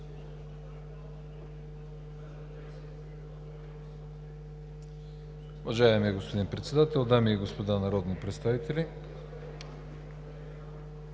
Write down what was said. Благодаря